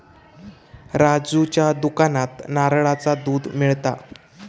राजूच्या दुकानात नारळाचा दुध मिळता